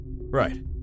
right